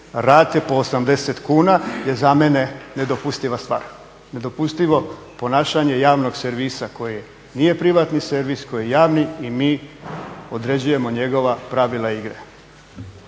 rate po 80 kuna je za mene nedopustiva stvar, nedopustivo ponašanje javnog servisa koje nije privatni servis, koje je javni i mi određujemo njegova pravila igre.